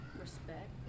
Respect